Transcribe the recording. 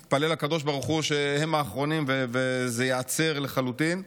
אני מתפלל לקדוש ברוך הוא שהם האחרונים וזה ייעצר לחלוטין.